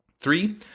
Three